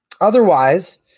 otherwise